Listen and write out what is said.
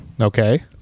Okay